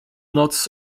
noc